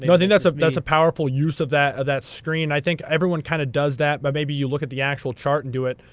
i think that's ah that's a powerful use of that that screen. i think everyone kind of does that, but maybe you look at the actual chart and do it.